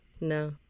no